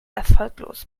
erfolglos